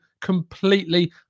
completely